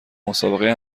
مسابقه